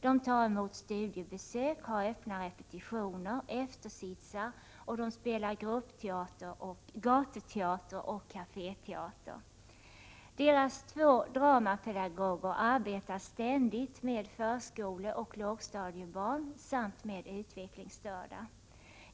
Man tar emot studiebesök, har öppna repetitioner, eftersitsar och spelar gatuteater och kaféteater. Teaterns två dramapedagoger arbetar ständigt med förskoleoch lågstadiebarn samt utvecklingsstörda.